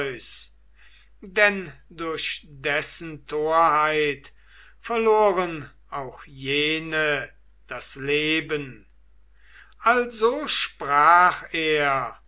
denn durch dessen torheit verloren auch jene das leben also sprach er